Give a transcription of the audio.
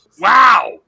Wow